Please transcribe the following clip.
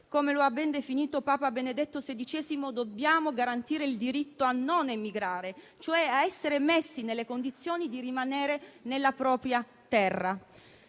Come lo ha ben definito Papa Benedetto XVI, dobbiamo garantire il diritto a non emigrare, a essere messi cioè nelle condizioni di rimanere nella propria terra.